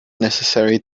necessary